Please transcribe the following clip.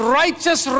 righteous